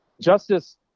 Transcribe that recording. justice